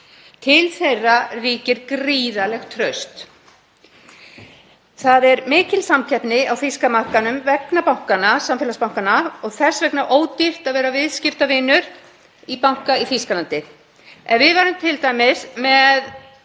Til þeirra ríkir gríðarlegt traust. Það er mikil samkeppni á þýska markaðnum vegna samfélagsbankanna og þess vegna er ódýrt að vera viðskiptavinur í banka í Þýskalandi.